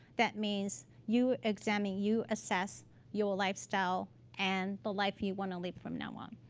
that means you examine, you assess your lifestyle and the life you want to live from now on.